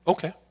Okay